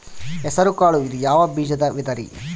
ಹೆಸರುಕಾಳು ಇದು ಯಾವ ಬೇಜದ ವಿಧರಿ?